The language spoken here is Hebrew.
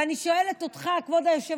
ואני שואלת אותך, כבוד היושב-ראש,